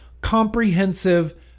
comprehensive